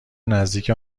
نزدیک